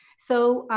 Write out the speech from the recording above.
so,